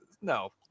No